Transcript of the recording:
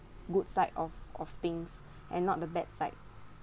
good side of of things and not the bad side